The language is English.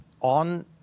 on